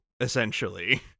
Essentially